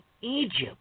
Egypt